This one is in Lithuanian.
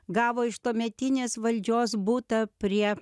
gavo iš tuometinės valdžios butą prie